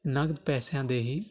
ਨਗਦ ਪੈਸਿਆਂ ਦੇ ਹੀ